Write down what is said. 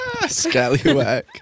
Scallywag